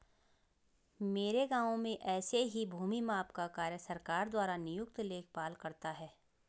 मेरे गांव में ऐसे ही भूमि माप का कार्य सरकार द्वारा नियुक्त लेखपाल करता है